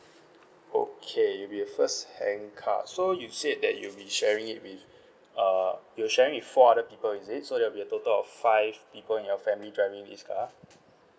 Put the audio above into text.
okay it'll be a first hand car so you said that you'll be sharing it with uh you are sharing with four other people is it so it will be a total of five people in your family driving this car